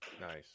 Nice